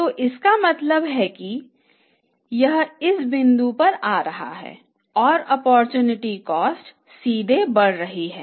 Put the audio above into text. तो इसका मतलब यह है कि यह इस बिंदु पर आ रहा है और ओप्पोरचुनिटी कॉस्ट कम होगी